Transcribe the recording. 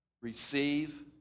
Receive